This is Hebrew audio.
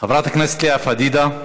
חברת הכנסת לאה פדידה,